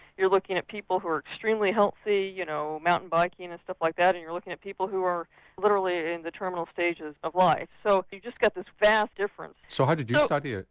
you're looking at people who are extremely healthy, you know mountain biking and ah stuff like that, and you're looking at people who are literally in the terminal stages of life. so you've just got this vast difference. so how did you study it?